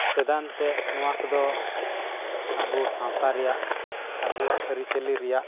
ᱪᱮᱛᱟᱱᱛᱮ ᱱᱚᱣᱟ ᱠᱚᱫᱚ ᱟᱵᱚ ᱥᱟᱶᱛᱟ ᱨᱮᱭᱟᱜ ᱟᱵᱚᱣᱟᱜ ᱟᱹᱨᱤ ᱪᱟᱹᱞᱤ ᱨᱮᱭᱟᱜ